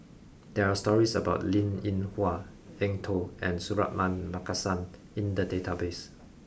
there are stories about Linn In Hua Eng Tow and Suratman Markasan in the database